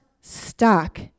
stuck